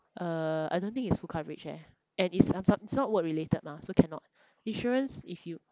uh I don't think it's full coverage eh and it's some some it's not work related mah so cannot insurance if you